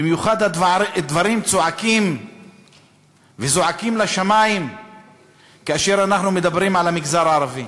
במיוחד הדברים צועקים וזועקים לשמים כאשר אנחנו מדברים על המגזר הערבי: